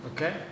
Okay